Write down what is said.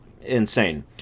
insane